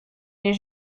les